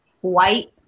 white